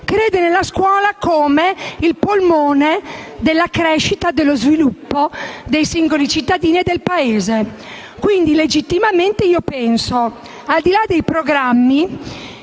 crede nella scuola come il polmone della crescita e dello sviluppo dei singoli cittadini e del Paese. Quindi legittimamente penso che, al di là dei programmi,